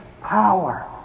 power